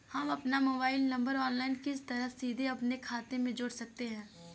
हम अपना mobile number online किस तरह सीधे अपने खाते में जोड़ सकते हैं?